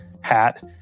hat